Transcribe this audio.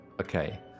Okay